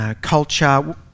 culture